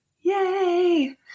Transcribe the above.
Yay